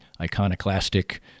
iconoclastic